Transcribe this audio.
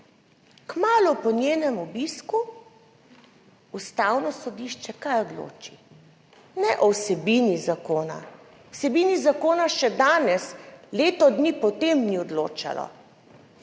Kmalu po njenem obisku Ustavno sodišče kaj odloči? Ne o vsebini zakona. O vsebini zakona še danes, leto dni po tem ni odločalo.